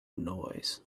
noise